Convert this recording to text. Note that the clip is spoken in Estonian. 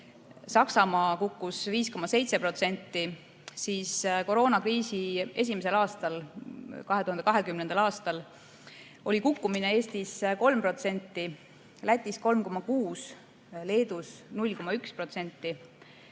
Saksamaal 5,7%, aga koroonakriisi esimesel, 2020. aastal oli kukkumine Eestis 3%, Lätis 3,6%, Leedus 0,1%,